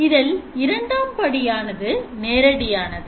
இதில் இரண்டாம் படியான நேரடியானது